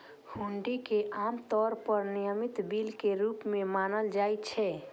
हुंडी कें आम तौर पर विनिमय बिल के रूप मे मानल जाइ छै